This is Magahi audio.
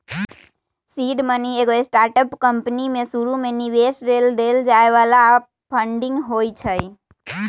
सीड मनी एगो स्टार्टअप कंपनी में शुरुमे निवेश लेल देल जाय बला फंडिंग होइ छइ